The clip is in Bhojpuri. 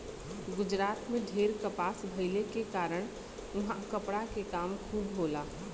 गुजरात में ढेर कपास भइले के कारण उहाँ कपड़ा के काम खूब होला